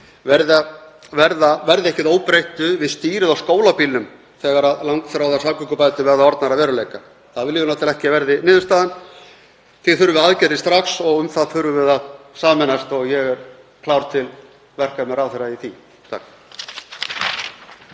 verði ekki að óbreyttu við stýrið á skólabílnum þegar langþráðar samgöngubætur verða orðnar að veruleika. Það viljum við náttúrlega ekki að verði niðurstaðan. Því þurfum við aðgerðir strax og um það þurfum við að sameinast og ég er klár til verka með ráðherra í því.